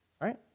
right